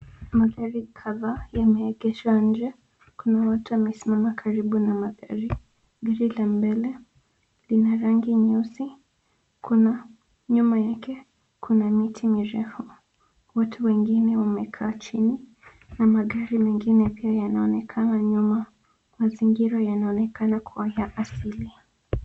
Magari kadhaa yameegeshwa nje. Kuna watu wamesimama karibu na magari. Gari la mbele lina rangi nyeusi. Nyuma yake kuna miti mirefu. Watu wengine wamekaa chini na magari mengine pia yanaonekana nyuma. Mazingira yanaonekana kuwa ya asili.